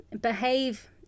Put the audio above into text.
behave